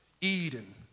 Eden